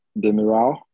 Demiral